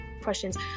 questions